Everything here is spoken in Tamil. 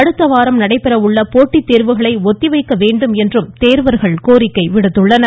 அடுத்தவாரம் நடைபெறவுள்ள போட்டித் தேர்வுகளை ஒத்திவைக்க வேண்டும் என்று தேர்வர்கள் கோரிக்கை விடுத்துள்ளனர்